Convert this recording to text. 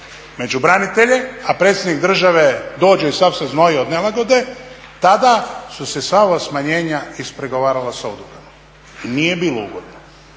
među branitelje, a predsjednik države dođe i sav se znoji od nelagode, tada su se sva ova smanjenja ispregovarala sa udrugama i nije bilo ugodno.